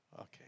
Okay